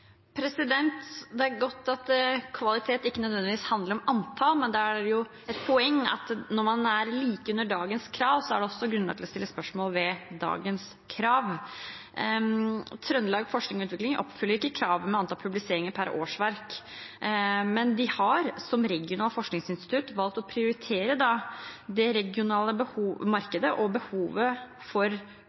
Det er godt at kvalitet ikke nødvendigvis handler om antall, men da er det jo et poeng at når man er like under dagens krav, er det også grunnlag for å stille spørsmål ved dagens krav. Trøndelag Forskning og Utvikling oppfyller ikke kravet om antall publiseringspoeng per årsverk, men de har som regionalt forskningsinstitutt valgt å prioritere det regionale markedet og behovet for